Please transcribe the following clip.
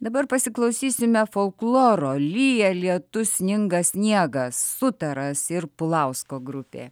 dabar pasiklausysime folkloro lyja lietus sninga sniegas sutaras ir pulausko grupė